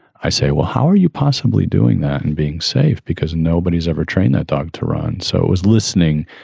i say, well, how are you possibly possibly doing that and being safe because nobody's ever trained that dog to run. so it was listening.